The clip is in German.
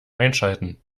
einschalten